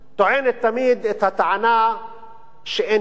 הממשלה טוענת תמיד את הטענה שאין כסף.